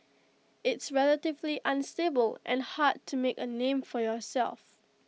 it's relatively unstable and hard to make A name for yourself